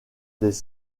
des